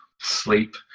sleep